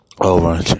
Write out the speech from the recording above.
over